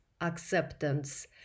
acceptance